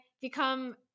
become